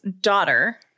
daughter